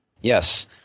Yes